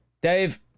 Dave